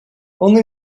only